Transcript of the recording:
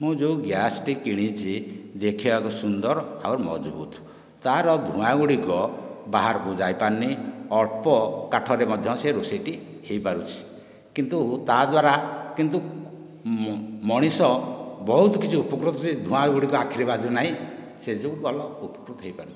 ମୁଁ ଯେଉଁ ଗ୍ୟାସଟି କିଣିଛି ଦେଖିବାକୁ ସୁନ୍ଦର ତାର ଧୂଆଁ ଗୁଡ଼ିକ ବାହାରକୁ ଯାଇପାରୁନି ଅଳ୍ପ କାଠରେ ମଧ୍ୟ ସେ ରୋଷେଇଟି ହୋଇପାରୁଛି କିନ୍ତୁ ତା ଦ୍ୱାରା କିନ୍ତୁ ମଣିଷ ବହୁତ କିଛି ଉପକୃତ ଧୂଆଁ ଗୁଡ଼ିକ ବାଜୁନାହିଁ ସେ ଯୋଗୁଁ ଭଲ ଉପକୃତ ହୋଇପାରୁଛି